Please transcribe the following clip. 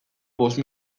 bost